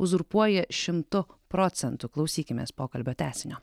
uzurpuoja šimtu procentų klausykimės pokalbio tęsinio